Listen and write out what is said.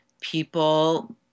people